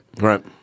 Right